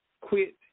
quit